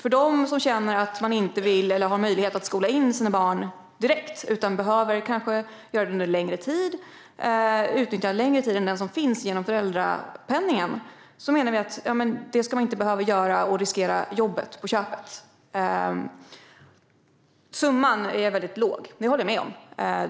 Vissa känner att de inte vill eller har möjlighet att skola in sina barn direkt utan kanske behöver göra det under en längre tid och utnyttja en längre tid än den som finns genom föräldrapenningen. Vi menar att man inte ska behöva riskera jobbet på köpet om man gör så. Summan är väldigt låg. Det håller jag med om.